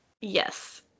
yes